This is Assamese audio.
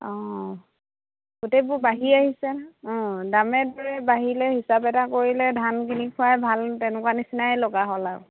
অঁ গোটেইবোৰ বাঢ়ি আহিছে অঁ দামে দৰে বাঢ়িলে হিচাপ এটা কৰিলে ধান কিনি খোৱাই ভাল তেনেকুৱা নিচিনাই লগা হ'ল আৰু